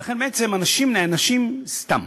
ולכן בעצם אנשים נענשים סתם.